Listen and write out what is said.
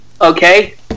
Okay